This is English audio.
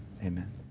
amen